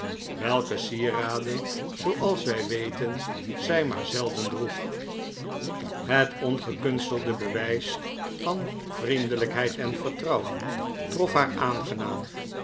welke sieraden zooals wij weten zij maar zelden droeg het ongekunstelde bewijs van vriendelijkheid en vertrouwen trof haar aangenaam